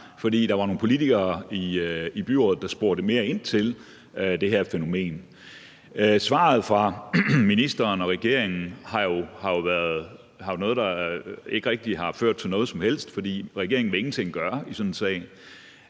fordi der var nogle politikere i byrådet, der spurgte mere ind til det her fænomen. Svaret fra ministeren og regeringen er jo noget, der ikke rigtig har ført til noget som helst, for regeringen vil ingenting gøre i sådan en sag.